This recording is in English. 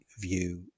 view